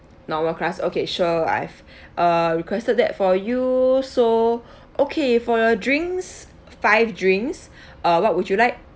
normal crust okay sure I've uh requested that for you so okay for your drinks five drinks uh what would you like